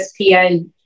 ESPN